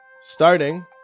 Starting